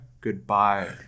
goodbye